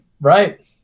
Right